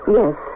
yes